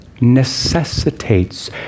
necessitates